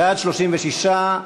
בעד, 36,